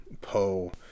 Poe